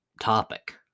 topic